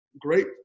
great